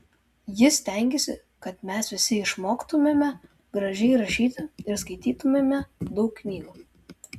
ji stengėsi kad mes visi išmoktumėme gražiai rašyti ir skaitytumėme daug knygų